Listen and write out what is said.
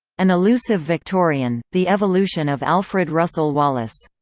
an elusive victorian the evolution of alfred russel wallace.